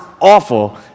awful